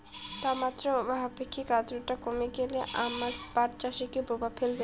তাপমাত্রা ও আপেক্ষিক আদ্রর্তা কমে গেলে আমার পাট চাষে কী প্রভাব ফেলবে?